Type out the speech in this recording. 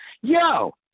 Yo